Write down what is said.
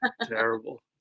terrible